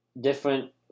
Different